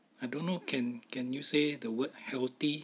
I don't know can can you say the word healthy